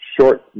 Short